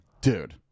Dude